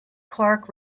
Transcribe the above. clark